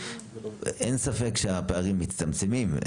אין ספק שהפערים מצטמצמים,